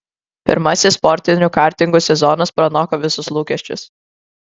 pirmasis sportinių kartingų sezonas pranoko visus lūkesčius